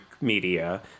media